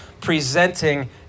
presenting